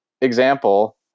example